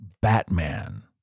Batman